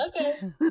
Okay